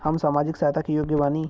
हम सामाजिक सहायता के योग्य बानी?